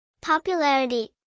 Popularity